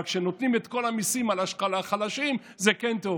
אבל כשנותנים את כל המיסים על החלשים זה כן טוב.